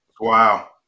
Wow